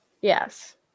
yes